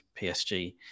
PSG